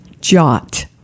Jot